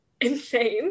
insane